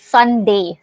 Sunday